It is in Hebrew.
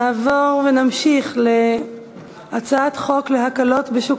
נעבור ונמשיך בהצעת חוק להקלות בשוק